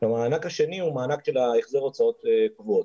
והמענק השני הוא מענק של החזר הוצאות קבועות.